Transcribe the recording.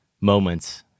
moments